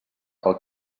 pel